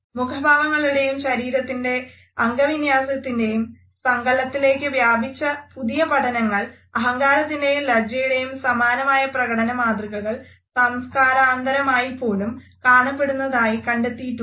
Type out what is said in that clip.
മുഖഭാവങ്ങളുടെയും ശരീരത്തിൻറെ അംഗവിന്യാസത്തിന്റെയും സങ്കലത്തിലേയ്ക്ക് വ്യാപിച്ച പുതിയ പഠനങ്ങൾ അഹങ്കാരത്തിന്റെയും ലജ്ജയുടെയും സമാനമായ പ്രകടന മാതൃകകൾ സംസ്കാരാന്തരമായിപ്പോലും കാണപ്പെടുന്നതായി കണ്ടെത്തിയിട്ടുണ്ട്